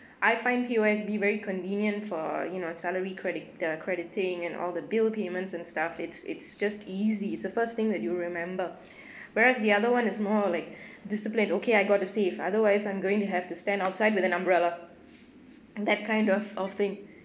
I find P_O_S_B very convenient for you know salary credit the crediting and all the bill payments and stuff it's it's just easy it's the first thing that you remember whereas the other one is more like disciplined okay I got to save otherwise I'm going to have to stand outside with an umbrella that kind of of thing